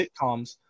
sitcoms